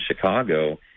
Chicago